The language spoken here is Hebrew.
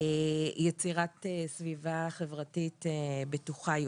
יצירת סביבה חברתית בטוחה יותר.